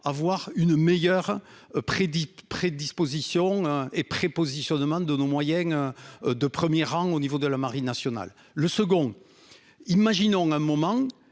avoir une meilleure prédit prédispositions. Et prépositionnement de nos moyens. De 1er rang au niveau de la Marine nationale le second. Imaginons un moment.